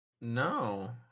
No